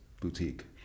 boutique